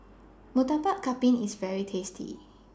Murtabak Kambing IS very tasty